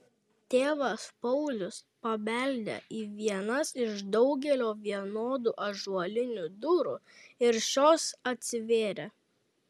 tėvas paulius pabeldė į vienas iš daugelio vienodų ąžuolinių durų ir šios atsivėrė